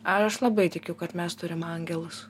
aš labai tikiu kad mes turim angelus